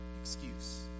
excuse